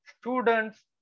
students